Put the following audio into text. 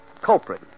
culprit